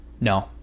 No